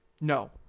No